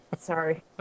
Sorry